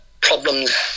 problems